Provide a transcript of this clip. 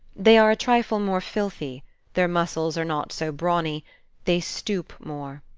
they are a trifle more filthy their muscles are not so brawny they stoop more.